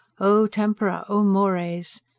o tempora, o mores!